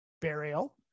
Burial